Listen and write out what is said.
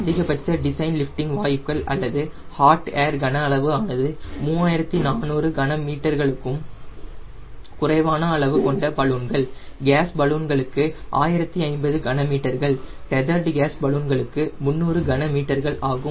அதிகபட்ச design lifting வாயுக்கள் அல்லது ஹாட் ஏர் கனஅளவு ஆனது 3400 கன மீட்டர்களுக்கும் குறைவான அளவு கொண்ட பலூன்கள் கேஸ் பலூன்களுக்கு 1050 கன மீட்டர்கள் டெதற்டு கேஸ் பலூன்களுக்கு 300 கன மீட்டர்கள் ஆகும்